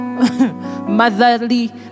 motherly